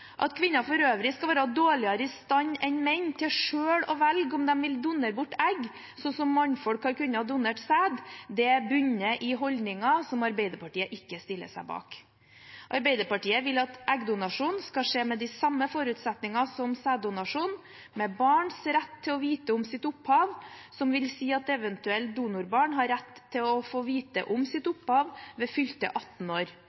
At kvinner for øvrig skal være dårligere i stand til selv å velge om de vil donere bort egg enn mannfolk som har kunnet donere sæd, bunner i holdninger som Arbeiderpartiet ikke stiller seg bak. Arbeiderpartiet vil at eggdonasjon skal skje under de samme forutsetningene som sæddonasjon, med barns rett til å vite om sitt opphav, som vil si at eventuelle donorbarn har rett til å få vite om sitt opphav ved fylte 18 år.